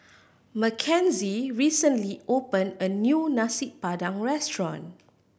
Mackenzie recently opened a new Nasi Padang restaurant